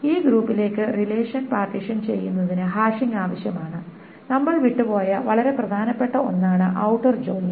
ഈ ഗ്രൂപ്പിലേക്ക് relation partition ചെയ്യുന്നതിന് ഹാഷിംഗ് ആവശ്യമാണ് നമ്മൾ വിട്ടുപോയ വളരെ പ്രധാനപ്പെട്ട ഒന്നാണ് ഔട്ടർ ജോയിൻ